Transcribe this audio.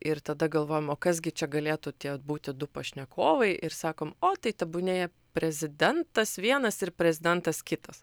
ir tada galvojom o kas gi čia galėtų būti du pašnekovai ir sakom o tai tebūnie prezidentas vienas ir prezidentas kitas